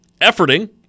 Efforting